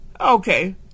Okay